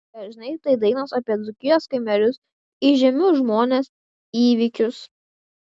dažnai tai dainos apie dzūkijos kaimelius įžymius žmones įvykius